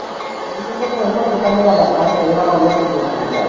ହଁ ସେଇଟା ତ କହିବେ ଦୋକାନବାଲା ତା'ର କହିବାର ଅନେକ ଢାଞ୍ଚା ଅଛି